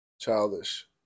Childish